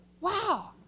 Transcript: Wow